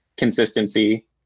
consistency